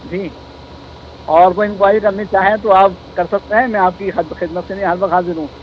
جی اور کوئی انکوائری کرنی چاہیں تو آپ کر سکتے ہیں میں آپ کی ہر بخدمت کرنے ہر وقت حاضر ہوں